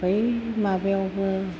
बै माबायावबो